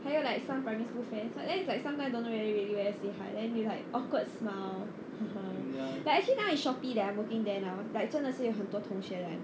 还有 like some primary school friends then like sometimes don't really know whether say hi then they like awkward smile like actually now Shopee I working there now like 真的是有很多同学 like